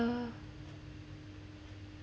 uh